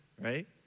right